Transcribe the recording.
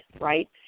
right